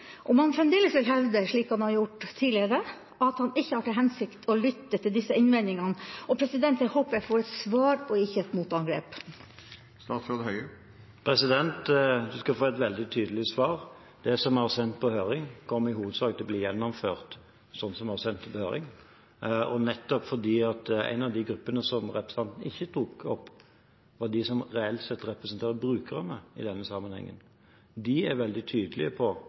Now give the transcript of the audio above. fremdeles vil hevde, slik han har gjort tidligere, at han ikke har til hensikt å lytte til disse innvendingene. Jeg håper jeg får et svar og ikke et motangrep. Representanten skal få et veldig tydelig svar. Det som er sendt på høring, kommer i hovedsak til å bli gjennomført sånn som det er sendt på høring, og nettopp fordi en av de gruppene som representanten ikke tok opp, er de som reelt sett representerer brukerne i denne sammenhengen. De er veldig tydelige på